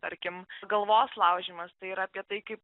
tarkim galvos laužymas tai yra apie tai kaip